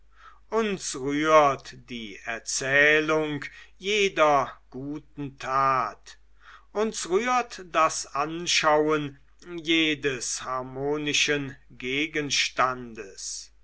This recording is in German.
uns rührt die erzählung jeder guten tat uns rührt das anschauen jedes harmonischen gegenstandes